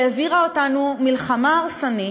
שהעבירה אותנו מלחמה הרסנית,